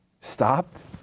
stopped